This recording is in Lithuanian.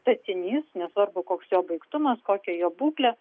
statinys nesvarbu koks jo baigtumas kokia jo būklė